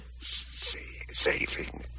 saving